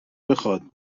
بخواد